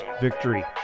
victory